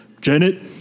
Janet